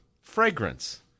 fragrance